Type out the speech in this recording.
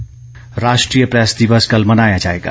press दिवस राष्ट्रीय press दिवस कल मनाया जाएगा